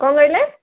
କ'ଣ କହିଲେ